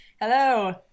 Hello